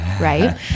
right